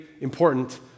important